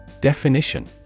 Definition